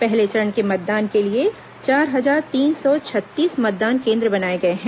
पहले चरण के मतदान के लिए चार हजार तीन सौ छत्तीस मतदान केन्द्र बनाए गए हैं